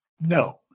No